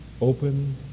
open